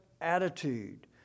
attitude